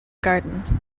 gardens